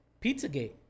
Pizzagate